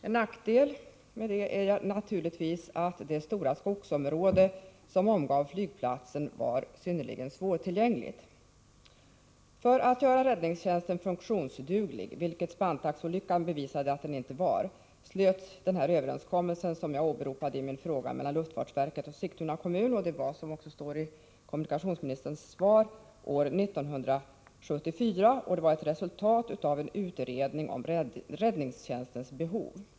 En nackdel med detta var naturligtvis att det stora skogsområde som omgav flygplatsen var synnerligen svårtillgängligt. För att göra räddningstjänsten funktionsduglig, som Spantaxolyckan bevisade att den inte var, slöts den överenskommelse mellan luftfartsverket och Sigtuna kommun som jag åberopat i min fråga. Överenskommelsen träffades, som också nämns i kommunikationsministerns svar, år 1974 och var ett resultat av en utredning om räddningstjänstens behov.